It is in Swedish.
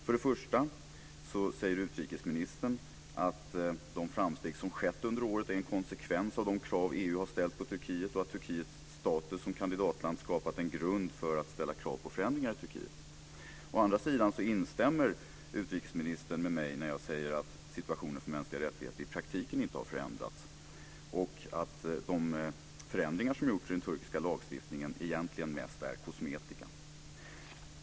Först och främst säger utrikesministern att de framsteg som skett under året är en konsekvens av de krav som EU ställt på Turkiet och att Turkiets status som kandidatland skapat en grund för att ställa krav på förändringar i Turkiet. Å andra sidan instämmer utrikesministern med mig när jag säger att situationen för mänskliga rättigheter i praktiken inte har förändrats och att de förändringar som gjorts i den turkiska lagstiftningen egentligen mest är kosmetika.